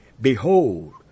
Behold